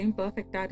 perfect